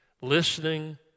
listening